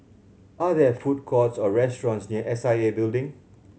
are there food courts or restaurants near S I A Building